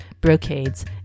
brocades